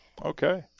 Okay